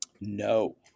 No